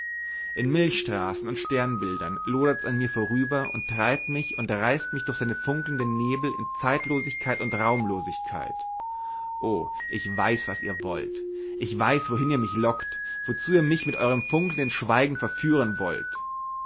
in milchstraßen und sternbildern lodert's an mir vorüber und treibt mich und reißt mich durch seine funkelnden nebel in zeitlosigkeit und raumlosigkeit o ich weiß was ihr wollt ich weiß wohin ihr mich lockt wozu ihr mich mit eurem funkelnden schweigen verführen wollt